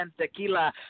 Tequila